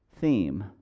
theme